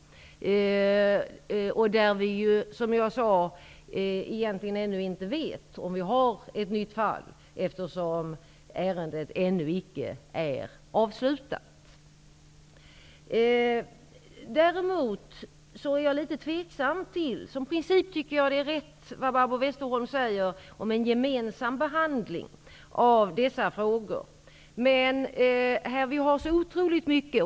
Vi vet ju, som jag sade, egentligen ännu inte om vi har ett nytt fall, eftersom ärendet inte är avslutat. Som princip tycker jag att det Barbro Westerholm säger om en gemensam behandling av dessa frågor är riktigt.